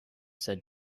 said